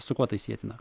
su kuo tai sietina